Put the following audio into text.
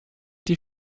die